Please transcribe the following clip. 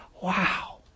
Wow